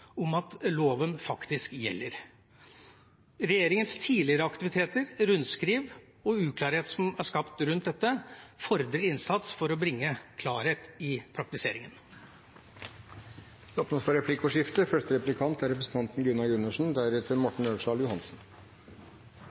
om det helt selvsagte og som regjeringen har valgt å skape usikkerhet rundt, at loven faktisk gjelder. Regjeringens tidligere aktiviteter, rundskriv og den uklarhet som er skapt rundt dette, fordrer innsats for å bringe klarhet i praktiseringen. Det blir replikkordskifte. Når en hører Knut Storberget, er